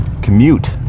commute